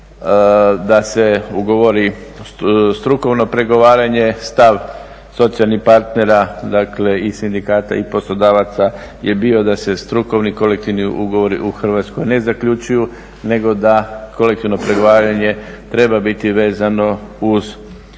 da se ugovori strukovno pregovaranje, stav socijalnih partnera i sindikata i poslodavaca je bio da se strukovni kolektivni ugovori u Hrvatskoj ne zaključuju nego da kolektivno pregovaranje treba biti vezano uz temeljne kolektivne,